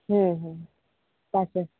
ᱦᱮᱸ ᱦᱮᱸ ᱯᱟᱸᱪ ᱪᱷᱚ ᱥᱚ